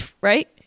right